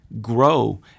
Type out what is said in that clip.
grow